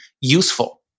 useful